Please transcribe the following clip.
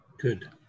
Good